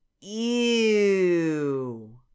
Ew